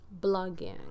blogging